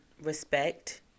Respect